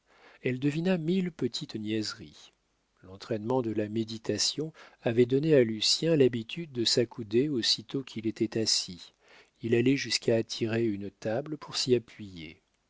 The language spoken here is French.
elle devina mille petites niaiseries l'entraînement de la méditation avait donné à lucien l'habitude de s'accouder aussitôt qu'il était assis il allait jusqu'à attirer une table pour s'y appuyer